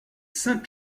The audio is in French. saint